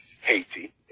Haiti